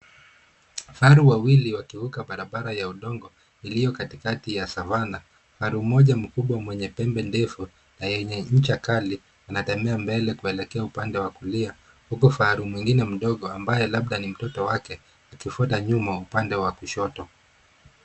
Vifaru wawili wakivuka barabara ya udongo iliyo katikati ya {cs} savannah{cs}. Kifaru mmoja mkubwa mwenye pembe ndefu na yenye ncha kali anatembea mbele akielekea pande ya kulia huku kifaru mwingine mdogo ambaye labda ni mtoto wake akifwata nyuma upande ya kushoto.